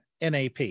NAP